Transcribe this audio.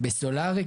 בסולרי,